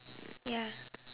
ya